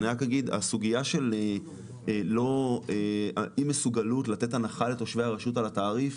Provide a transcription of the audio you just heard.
אני רק אומר שהסוגיה של אי מסוגלות לתת הנחה לתושבי הרשות על התעריף,